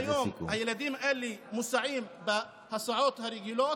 היום הילדים האלה מוסעים בהסעות הרגילות.